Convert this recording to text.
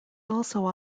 also